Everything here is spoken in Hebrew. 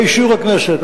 באישור הכנסת,